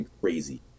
crazy